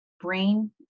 brain